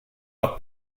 par